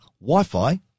Wi-Fi